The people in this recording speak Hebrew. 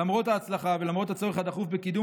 למרות ההצלחה ולמרות הצורך הדחוף בקידום